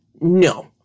No